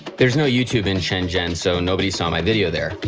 there's no youtube in shenzhen so nobody saw my video there.